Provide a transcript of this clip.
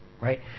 right